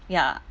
ya